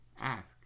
Ask